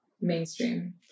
mainstream